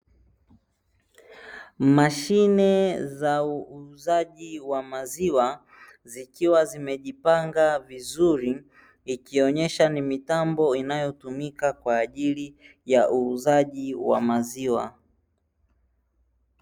Mashine za uuzaji wa maziwa, zikiwa zimejipanga vizuri ikionesha ni mitambo inayotumika kwa ajili ya uuzaji wa maziwa.